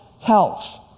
health